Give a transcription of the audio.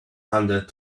hundred